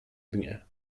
dnie